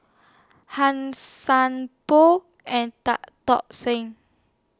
Han Sai Por and Tan Tock Seng